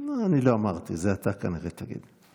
אני לא אמרתי, את זה אתה כנראה תגיד.